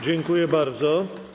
Dziękuję bardzo.